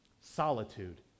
Solitude